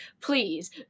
please